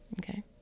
Okay